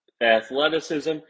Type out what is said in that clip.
athleticism